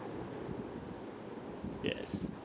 yes